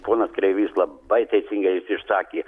ponas kreivys labai teisingai jis išsakė